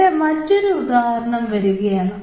ഇവിടെ മറ്റൊരു ഉദാഹരണം വരികയാണ്